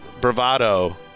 bravado